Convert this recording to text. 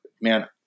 man